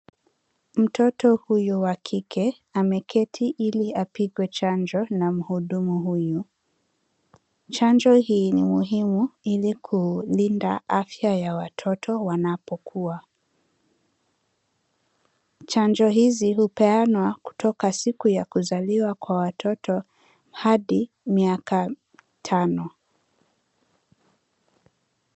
Mtoto huyu wa kike ameketi ili apigwe chanjo na mhudumu huyu. Chanjo hii ni muhimu ili kulinda afya ya watoto wanapokuwa. Chanjo hizi hupeanwa kutoka siku ya kuzaliwa kwa watoto hadi miaka tano.